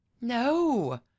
No